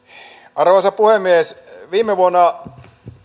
arvoisa puhemies viime vuonna